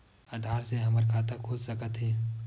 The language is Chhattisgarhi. आधार से हमर खाता खुल सकत हे?